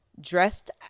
dressed